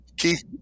Keith